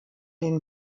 den